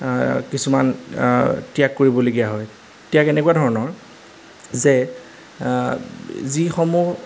কিছুমান ত্যাগ কৰিবলগীয়া হয় ত্যাগ এনেকুৱা ধৰণৰ যে যিসমূহ